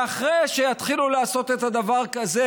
ואחרי שיתחילו לעשות את הדבר הזה,